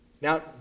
Now